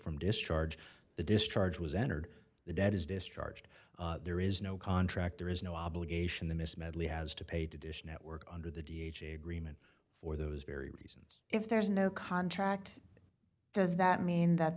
from discharge the discharge was entered the debt is discharged there is no contract there is no obligation the miss medley has to pay to dish network under the d h a greenman for those very reasons if there is no contract does that mean that